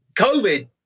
COVID